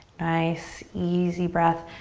nice, easy breath.